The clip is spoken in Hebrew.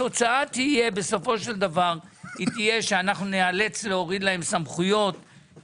התוצאה תהיה בסופו של דבר שאנחנו נאלץ להוריד להם סמכויות.